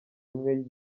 imwe